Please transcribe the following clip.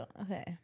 Okay